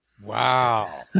Wow